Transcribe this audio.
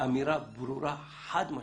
אמירה ברורה חד משמעית,